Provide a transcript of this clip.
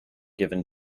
given